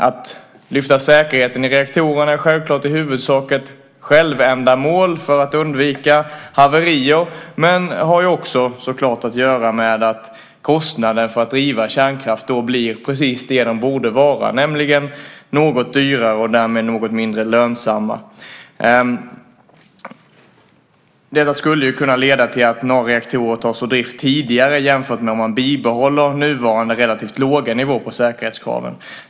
Att öka säkerheten i reaktorerna är självklart i huvudsak ett självändamål för att undvika haverier men har också så klart att göra med att kostnaderna för att driva kärnkraft då blir precis som de borde vara, nämligen något dyrare och därmed något mindre lönsamma. Detta skulle kunna leda till att några reaktorer tas ur drift tidigare än om man bibehåller nuvarande relativt låga nivå på säkerhetskraven.